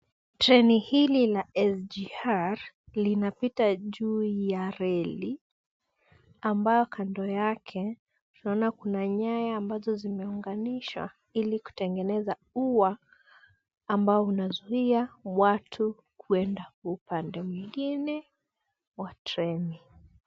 Treni hili la SGR linapita juu ya reli ambayo kando yake tunaona kuna nyaya ambazo zimeunganisha ili kutengeneza ua ambao unasuia watu kuenda upande mwingine wa treni.